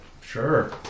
Sure